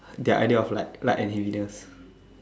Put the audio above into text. their idea of like like any videos